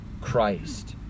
Christ